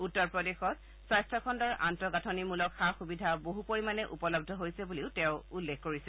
উত্তৰ প্ৰদেশত স্বাস্থ্য খণ্ডৰ আন্তঃগাঠনিমূলক সা সুবিধা বহু পৰিমাণে উপলৰূ হৈছে বুলিও তেওঁ উল্লেখ কৰিছে